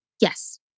Yes